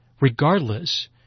regardless